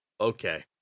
okay